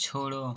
छोड़ो